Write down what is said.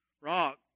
rock